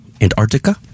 Antarctica